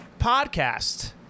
podcast